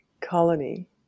colony